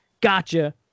gotcha